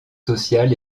social